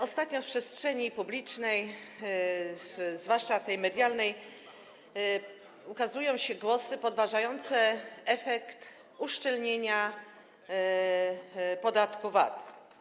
Ostatnio w przestrzeni publicznej, zwłaszcza tej medialnej, można usłyszeć głosy podważające efekt uszczelnienia podatku VAT.